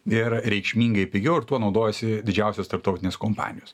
ir reikšmingai pigiau ir tuo naudojasi didžiausios tarptautinės kompanijos